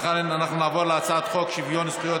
לכן אנחנו נעבור להצעת חוק שוויון זכויות